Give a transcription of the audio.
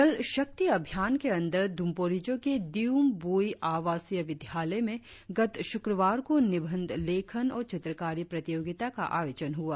जल शक्ति अभियान के अंदर द्रम्पोरिजों के दियुम बुई आवसीय विद्यालय में गत शुक्रवार को निबंध लेखन और चित्रकारी प्रतियोगिता का आयोजन हुआ